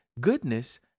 goodness